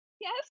Yes